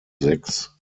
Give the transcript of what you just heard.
sechs